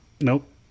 Nope